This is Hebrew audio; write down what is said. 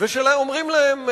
ואומרים להם: